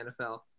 NFL